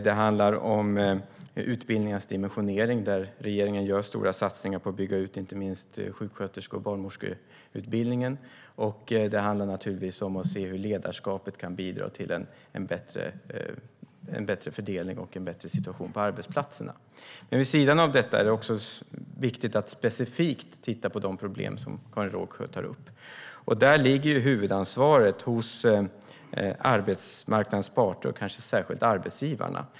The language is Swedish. Det handlar också om utbildningarnas dimensionering, där regeringen gör stora satsningar på att bygga ut inte minst sjuksköterske och barnmorskeutbildningen. Det handlar naturligtvis också om att se hur ledarskapet kan bidra till en bättre fördelning och en bättre situation på arbetsplatserna. Men vid sidan av detta är det också viktigt att specifikt titta på de problem som Karin Rågsjö tar upp. Där ligger huvudansvaret hos arbetsmarknadens parter och kanske särskilt hos arbetsgivarna.